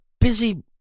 busy